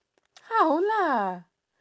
how lah